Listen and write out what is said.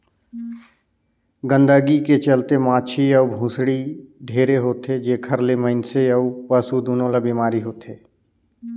गंदगी के चलते माछी अउ भुसड़ी ढेरे होथे, जेखर ले मइनसे अउ पसु दूनों ल बेमारी होथे